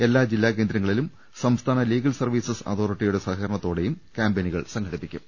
എല്ലാ ജില്ലാ കേന്ദ്ര ങ്ങളിലും സംസ്ഥാന ലീഗൽ സർവ്വീസസ് അതോറിറ്റിയുടെ സഹക രണത്തോടെയും ക്യാമ്പയിനുകൾ സംഘടിപ്പിക്കും